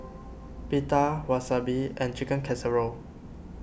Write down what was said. Pita Wasabi and Chicken Casserole